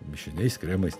mišiniais kremais